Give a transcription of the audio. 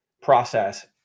process